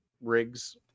rigs